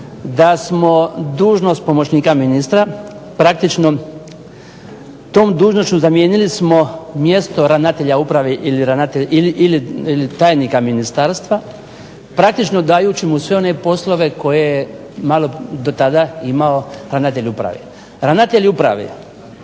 da smo dužnost pomoćnika ministra praktično tom dužnošću zamijenili smo mjesto ravnatelja uprave ili tajnika ministarstva praktički dajući mu sve one poslove koje je do tada imao ravnatelj uprave. Ravnatelj uprave